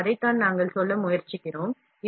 எனவே அதைத்தான் நாங்கள் சொல்ல முயற்சிக்கிறோம்